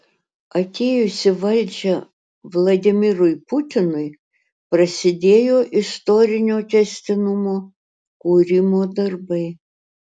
atėjus į valdžią vladimirui putinui prasidėjo istorinio tęstinumo kūrimo darbai